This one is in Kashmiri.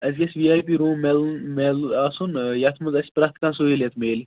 اَسہِ گَژھِ وِی آے پی روٗم میلُن میلُن آسُن نا یَتھ منٛز اَسہِ پرٛتھ کانٛہہ سہوٗلِیت میٚلہِ